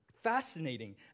fascinating